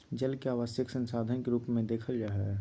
जल के आवश्यक संसाधन के रूप में देखल जा हइ